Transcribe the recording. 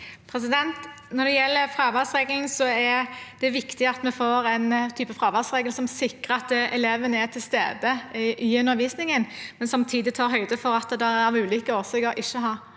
Når det gjelder fraværsreglene, er det viktig at vi får en type fraværsregler som sikrer at elevene er til stede i undervisningen, men som samtidig tar høyde for at det er ulike årsaker til at